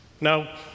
Now